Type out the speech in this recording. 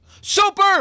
Super